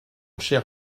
cher